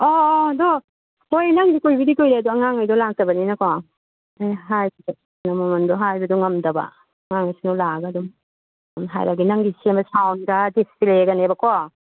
ꯑꯣ ꯑꯣ ꯑꯗꯣ ꯍꯣꯏ ꯅꯪꯒꯤꯗꯣ ꯀꯨꯏꯕꯨꯗꯤ ꯀꯨꯏꯔꯦ ꯑꯗꯣ ꯑꯉꯥꯡꯉꯩꯗꯣ ꯂꯥꯛꯇꯕꯅꯤꯅꯀꯣ ꯑꯩ ꯍꯥꯏꯒꯦ ꯑꯗ ꯃꯃꯜꯗꯣ ꯑꯩ ꯍꯥꯏꯕꯗꯣ ꯉꯝꯗꯕ ꯑꯉꯥꯡꯉꯩꯁꯤꯡꯗꯣ ꯂꯥꯛꯑꯒ ꯑꯗꯨꯝ ꯍꯥꯏꯔꯒꯦ ꯅꯪꯒꯤꯁꯦ ꯁꯥꯎꯟꯗꯒ ꯗꯤꯁꯄ꯭ꯂꯦꯒꯅꯦꯕꯀꯣ